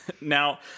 Now